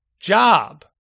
job